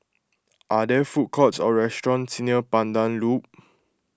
are there food courts or restaurants near Pandan Loop